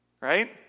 right